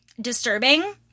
disturbing